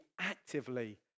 actively